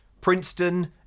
Princeton